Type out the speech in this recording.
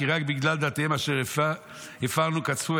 כי רק בגלל דתיהם אשר הפרנו קצפו,